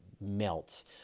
melts